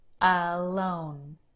alone